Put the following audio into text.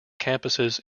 campuses